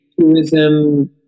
tourism